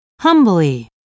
Humbly